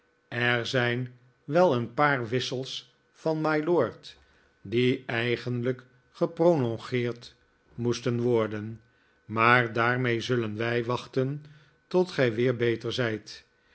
er zijn wel een paar wissels van mylord die eigenlijk geprolongeerd moesten worden maar daarmee zullen wij wachten tot gij weer beter zijt